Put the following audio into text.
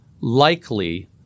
likely